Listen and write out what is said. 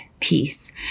peace